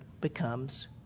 becomes